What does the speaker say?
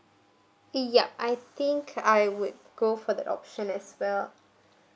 yup I think I would go for that option as well